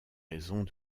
raisons